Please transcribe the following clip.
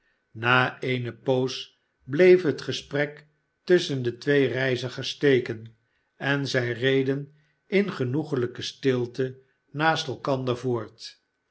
na eene poos bleef het gesprek tusschen de twee reizigers steken en zij reden in genoeglijke stilte naast elkander voort